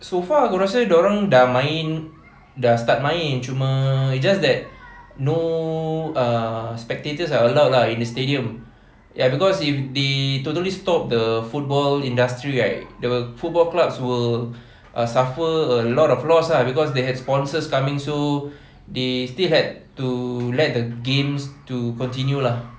so far aku rasa dorang dah main dah start main cuma it's just that no ah spectators are allowed in the stadium ya cause if they totally stop the football industry right the football clubs will ah suffer a lot of loss ah cause they have sponsors coming so they still had to let the games to continue lah